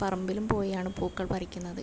പറമ്പിലും പോയാണ് പൂക്കൾ പറിക്കുന്നത്